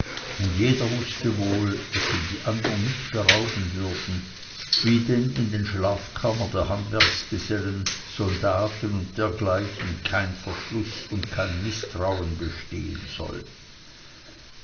und jeder wußte wohl daß ihn die andern nicht berauben würden wie denn in den schlafkammern der handwerksgesellen soldaten und dergleichen kein verschluß und kein mißtrauen bestehen soll